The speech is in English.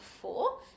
four